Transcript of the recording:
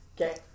Okay